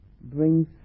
brings